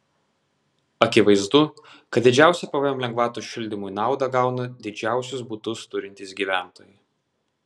akivaizdu kad didžiausią pvm lengvatos šildymui naudą gauna didžiausius butus turintys gyventojai